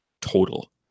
total